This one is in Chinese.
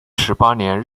十八年